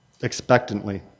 expectantly